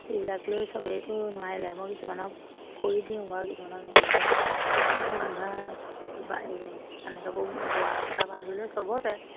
সেইবিলাক লৈ চবেইটো নোৱাৰিলে মই কিছুমানক কৰি দিওঁ বা কিছুমানক নিদিওঁ এতিয়া যি মানুহে বা কানি কাপোৰ বোৱা কটা পৰা ধৰি লৈ সবতে